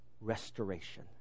restoration